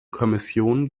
kommission